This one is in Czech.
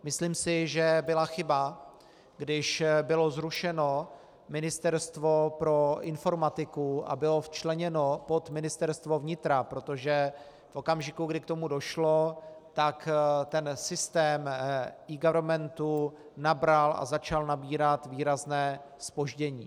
Myslím si, že byla chyba, když bylo zrušeno Ministerstvo pro informatiku a bylo včleněno pod Ministerstvo vnitra, protože v okamžiku, kdy k tomu došlo, tak ten systém eGovernmentu nabral a začal nabírat výrazné zpoždění.